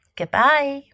goodbye